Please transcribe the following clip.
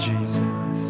Jesus